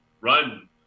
run